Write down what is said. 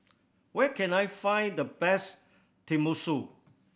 where can I find the best Tenmusu